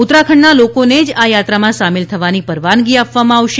ઉત્તરાખંડના લોકોને જ આ યાત્રામાં સામેલ થવાની પરવાનગી આપવામાં આવશે